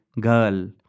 girl